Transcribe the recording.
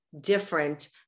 different